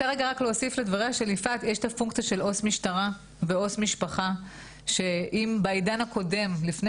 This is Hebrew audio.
של עו"ס משטרה ועו"ס משפחה שאם בעידן הקודם לפני